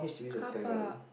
carpark